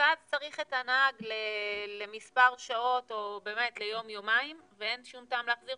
ואז צריך את הנהג למספר שעות או באמת ליום יומיים ואין שום טעם להחזיר